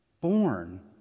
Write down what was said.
born